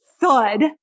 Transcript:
thud